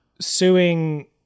suing